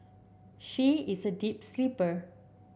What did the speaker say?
she is a deep sleeper